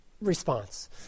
response